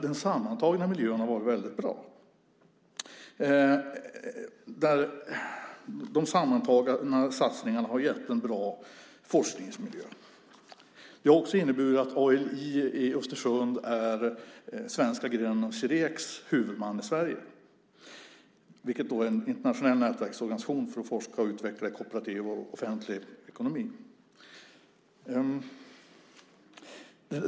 Den sammantagna miljön har varit väldigt bra och de sammantagna satsningarna har gett en bra forskningsmiljö. Det har inneburit att ALI i Östersund är den svenska grenen av Cirecs huvudman i Sverige. Det är en internationell nätverksorganisation för att forska och utveckla den kooperativa och offentliga ekonomin.